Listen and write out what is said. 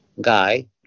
Guy